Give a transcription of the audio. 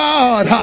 God